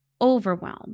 overwhelm